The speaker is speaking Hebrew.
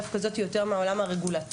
דווקא זוהי יותר מהעולם הרגולטורי,